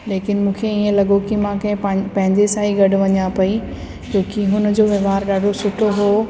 लेकिन मूंखे ईअं लॻियो की मां कंहिं पांज पंहिंजे सां ई गॾु वञा पई छोकी हुन जो वहिंवार ॾाढो सुठो हुओ